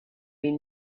been